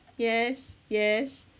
yes yes